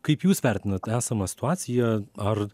kaip jūs vertinat esamą situaciją ar